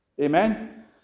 Amen